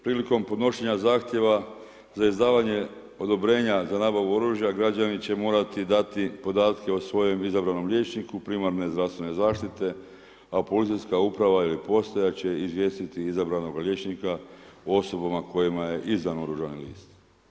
Prilikom podnošenja zahtjeva za izdavanje odobrenja za nabavu oružja građani će morati dati podatke o svojem izabranom liječniku primarne zdravstvene zaštite, a policijska uprava ili postaja će izvijestiti izabranoga liječnika o osobama kojima je izdan oružani list.